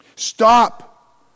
Stop